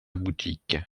boutique